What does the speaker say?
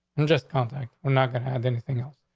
and just contact. i'm not gonna have anything else.